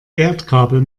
erdkabel